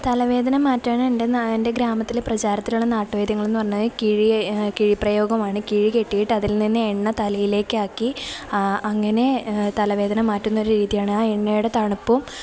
തലവേദന മാറ്റാന് എൻ്റെ ഗ്രാമത്തിലെ പ്രചാരത്തിലുള്ള നാട്ടുവൈദ്യമെന്ന് പറഞ്ഞാല് കിഴിപ്രയോഗമാണ് കിഴി കെട്ടിയിട്ട് അതിൽ നിന്ന് എണ്ണ തലയിലേക്കാക്കി അങ്ങനെ തലവേദന മാറ്റുന്നൊരു രീതിയാണ് ആ എണ്ണയുടെ തണുപ്പും